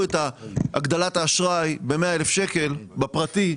את הגדלת האשראי ב-100,000 שקלים בפרטי,